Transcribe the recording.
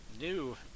new